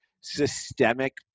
systemic